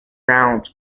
round